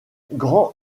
grand